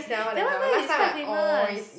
that one nice is quite famous